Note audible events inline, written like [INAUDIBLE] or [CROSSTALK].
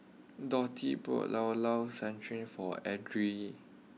Dotty bought Llao Llao [UNINTELLIGIBLE] for Edrie